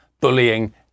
bullying